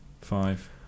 five